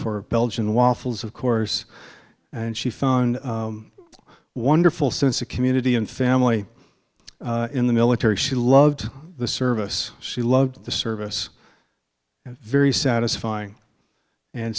for belgian waffles of course and she found a wonderful sense of community and family in the military she loved the service she loved the service very satisfying and